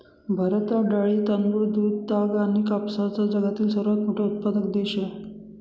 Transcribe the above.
भारत हा डाळी, तांदूळ, दूध, ताग आणि कापसाचा जगातील सर्वात मोठा उत्पादक देश आहे